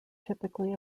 typically